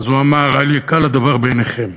אז הוא אמר: אל יקל הדבר בעיניכם,